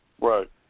right